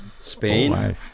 Spain